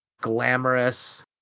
glamorous